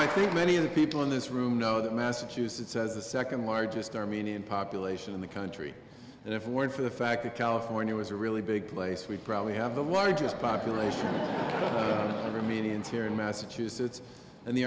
don't think many of the people in this room know that massachusetts has a second largest armenian population in the country and if it weren't for the fact that california was a really big place we probably have the largest population or medians here in massachusetts and the